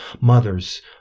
mothers